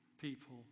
people